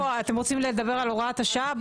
אתם רוצים לדבר על הוראת השעה?